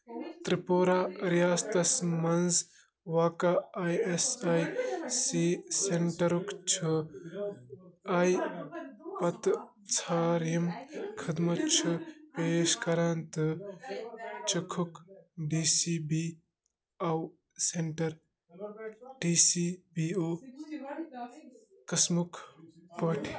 تِرٛپوٗرا رِیاستس مَنٛز واقعہ آی اٮ۪س آی سی سٮ۪نٛٹَرُک چھُ آی پَتہٕ ژھار یِم خدمت چھِ پیش کران تہٕ چِکُکھ D C B O centre T C B O قٕسمُک پٲٹھۍ